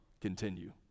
continue